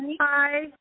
Hi